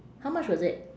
how much was it